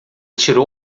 tirou